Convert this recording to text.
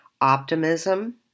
optimism